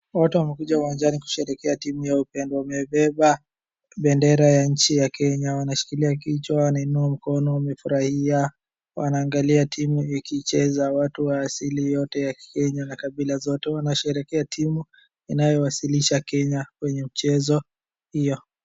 Watu wamekuja uwanjani kusherehekea timu yao pendwa. Wamebeba bendera ya nchi ya Kenya, wanashikilia kichwa, wanainua mkono, wamefurahia. Wanaangalia timu ikicheza, watu wa asili yote ya kikenya na kabila zote wanasherekea timu inayowasilisha Kenya kwenye mchezo hio.